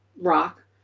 rock